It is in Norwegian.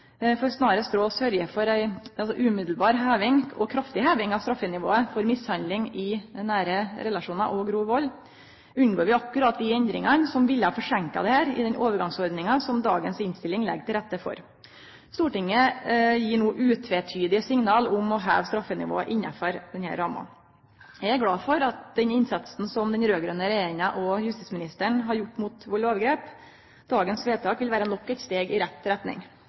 For snarast råd å sørgje for ei umiddelbar og kraftig heving av straffenivået for mishandling i nære relasjonar og grov vald unngår vi akkurat dei endringane som ville ha forseinka dette i den overgangsordninga som dagens innstilling legg til rette for. Stortinget gir no utvitydige signal om å heve straffenivået innanfor denne ramma. Eg er glad for den innsatsen som den raud-grøne regjeringa og justisministeren har gjort mot vald og overgrep. Dagens vedtak vil vere nok eit steg i rett retning.